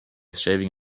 shaving